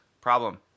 problem